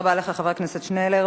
תודה רבה לך, חבר הכנסת שנלר.